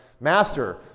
Master